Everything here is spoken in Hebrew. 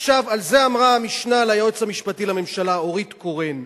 על זה אמרה המשנה ליועץ המשפטי לממשלה אורית קורן,